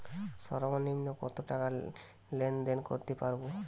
সর্বনিম্ন কত টাকা লেনদেন করতে পারবো?